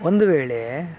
ಒಂದು ವೇಳೆ